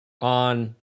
on